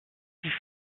six